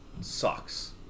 sucks